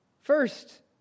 First